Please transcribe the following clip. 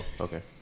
okay